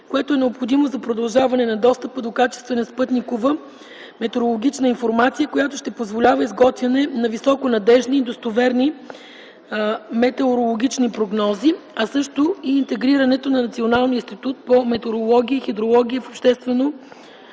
което е необходимо за продължаване на достъпа до качествена спътникова метеорологична информация, която ще позволява изготвяне на високонадеждни и достоверни метеорологични прогнози, а също и интегрирането на Националния институт по метеорология и хидрология в